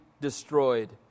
destroyed